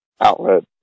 outlet